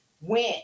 went